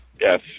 Yes